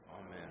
Amen